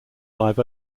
live